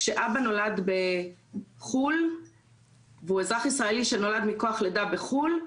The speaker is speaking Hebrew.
כשאבא נולד בחו"ל והוא אזרח ישראלי שנולד מכוח לידה בחו"ל,